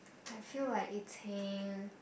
I feel like eating